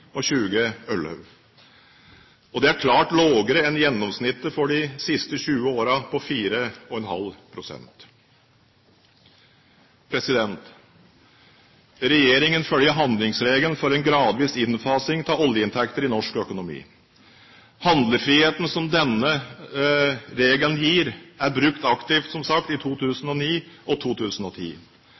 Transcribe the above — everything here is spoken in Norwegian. og 2011. Det er klart lavere enn gjennomsnittet for de siste 20 årene på 4,5 pst. Regjeringen følger handlingsregelen for en gradvis innfasing av oljeinntekter i norsk økonomi. Handlefriheten som denne regelen gir, er som sagt brukt aktivt i 2009 og 2010.